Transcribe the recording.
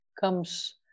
comes